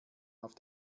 auf